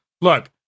look